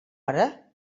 hora